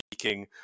speaking